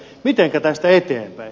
mitenkä tästä eteenpäin